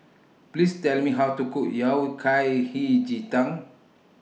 Please Tell Me How to Cook Yao Kai Hei Ji Tang